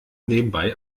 nebenbei